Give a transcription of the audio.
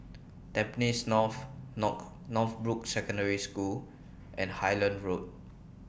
Tampines North North Northbrooks Secondary School and Highland Road